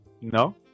No